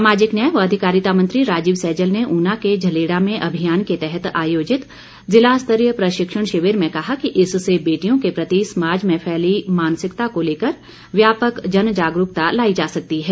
सामाजिक न्याय व अधिकारिता मंत्री राजीव सैजल ने ऊना के झलेड़ा में अभियान के तहत आयोजित जिला स्तरीय प्रशिक्षण शिविर में कहा कि इससे बेटियों के प्रति समाज में फैली मानसिकता को लेकर व्यापक जनजागरूकता लायी जा सकती है